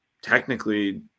technically